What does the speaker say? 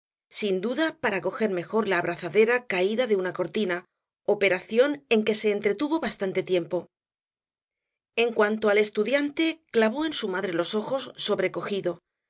sin duda para recoger mejor la abrazadera caída de una cortina operación en que se entretuvo bastante tiempo en cuanto al estudiante clavó en su madre los ojos sobrecogido